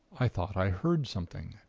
i thought i heard something.